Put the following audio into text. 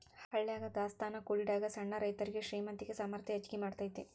ಹಳ್ಯಾಗ ದಾಸ್ತಾನಾ ಕೂಡಿಡಾಗ ಸಣ್ಣ ರೈತರುಗೆ ಶ್ರೇಮಂತಿಕೆ ಸಾಮರ್ಥ್ಯ ಹೆಚ್ಗಿ ಮಾಡತೈತಿ